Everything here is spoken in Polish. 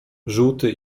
żółty